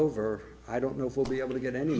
over i don't know if we'll be able to get any